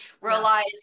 realize